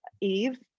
Eve